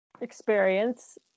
experience